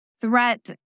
threat